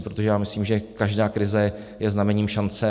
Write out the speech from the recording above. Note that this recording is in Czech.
Protože já myslím, že každá krize je znamením šance.